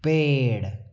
पेड़